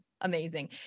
amazing